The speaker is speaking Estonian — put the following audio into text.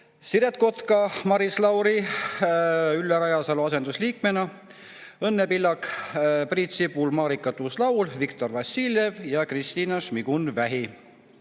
Siret Kotka, Maris Lauri Ülle Rajasalu asendusliikmena, Õnne Pillak, Priit Sibul, Marika Tuus-Laul, Viktor Vassiljev ja Kristina Šmigun-Vähi.